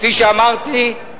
כפי שאמרתי,